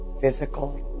physical